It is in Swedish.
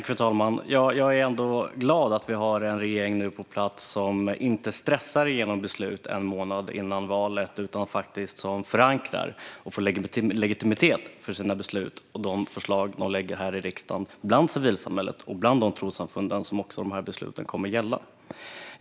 Fru talman! Jag är ändå glad att vi nu har en regering på plats som inte stressar igenom beslut en månad före valet utan faktiskt förankrar och får legitimitet för sina beslut och de förslag som läggs fram här i riksdagen - i civilsamhället och i de trossamfund som dessa beslut kommer att gälla.